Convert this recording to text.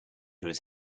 was